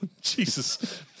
Jesus